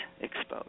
exposed